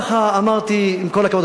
ככה אמרתי: עם כל הכבוד,